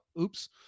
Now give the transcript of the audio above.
oops